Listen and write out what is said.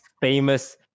famous